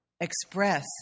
express